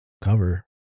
cover